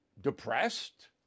depressed